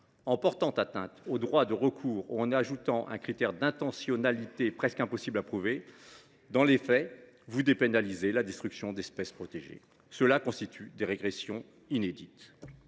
En portant atteinte au droit de recours ou en ajoutant un critère d’intentionnalité presque impossible à prouver, dans les faits, vous dépénalisez la destruction d’espèces protégées. Cela constitue des régressions inédites.